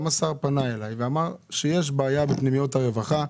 גם השר פנה אליי ואמר שיש בעיה בפנימיות הרווחה,